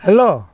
hello